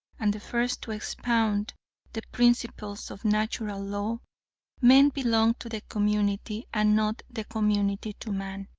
and the first to expound the principles of natural law men belonged to the community, and not the community to man.